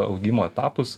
augimo etapus